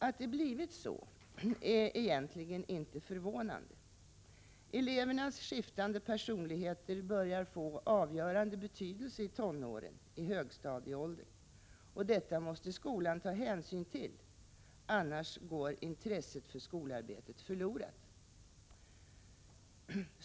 Att det blivit så är egentligen inte förvånande. Elevernas skiftande personligheter börjar få avgörande betydelse i tonåren, dvs. i högstadieåldern. Detta måste skolan ta hänsyn till, annars går intresset för skolarbetet förlorat.